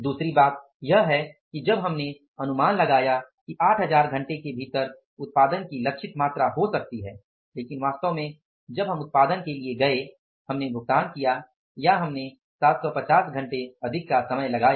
दूसरी बात यह है कि जब हमने अनुमान लगाया कि 8000 घंटे के भीतर उत्पादन की लक्षित मात्रा हो सकती है लेकिन वास्तव में जब हम उत्पादन के लिए गए हमने भुगतान किया या हमने 750 घंटे अधिक का समय लगाया